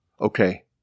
Okay